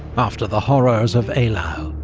after the horrors of eylau,